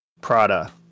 Prada